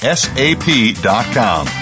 sap.com